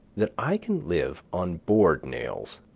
that i can live on board nails.